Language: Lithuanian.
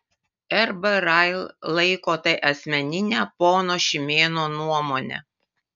rb rail laiko tai asmenine pono šimėno nuomone